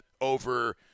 over